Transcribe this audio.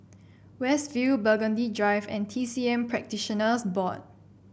West View Burgundy Drive and T C M Practitioners Board